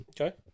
Okay